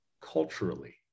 culturally